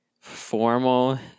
formal